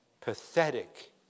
Pathetic